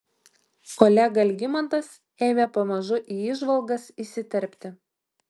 kolega algimantas ėmė pamažu į įžvalgas įsiterpti